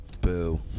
Boo